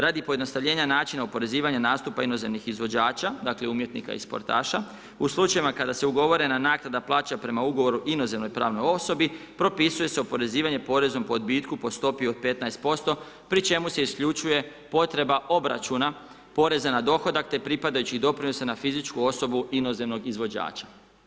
Radi pojednostavljenja načina oporezivanja nastupa inozemnih izvođača, dakle umjetnika i sportaša u slučajevima kada se ugovorena naknada plaća prema ugovoru inozemnoj pravnoj osobi propisuje se oporezivanje porezom po odbitku po stopi od 15% pri čemu se isključuje potreba obračuna poreza na dohodak te pripadajućih doprinosa na fizičku osobu inozemnog izvođača.